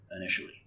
initially